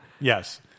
Yes